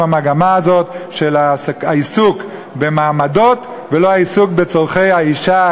המגמה הזאת של העיסוק במעמדות ולא העיסוק בצורכי האישה,